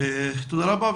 תודה רבה.